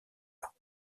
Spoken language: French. pas